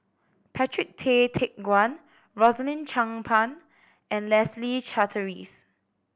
Patrick Tay Teck Guan Rosaline Chan Pang and Leslie Charteris